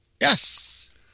yes